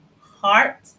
heart